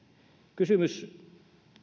kysymys